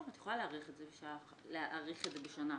לשנתיים?